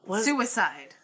suicide